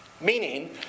Meaning